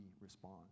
respond